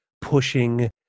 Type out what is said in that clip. pushing